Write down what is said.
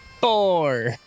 four